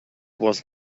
was